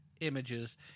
images